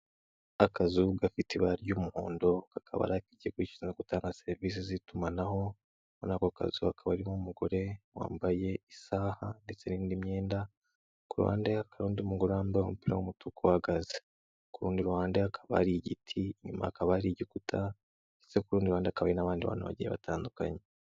Akazu gafite ibara ry'umuhondo kakaba ari ak'ikigo gishinzwe gutanga serivisi z'itumanaho, muri ako kazu hakaba harimo umugore wambaye isaha ndetse n'indi myenda, ku ruhande hakaba hari undi umugore wambaye umupira w'umutuku uhagaze. Ku rundi ruhande hakaba hari igiti, inyuma hakaba hari igikuta ndetse ku rundi ruhande hakaba hari n'abandi bantu bagiye batandukanye.